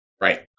Right